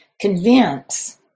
convince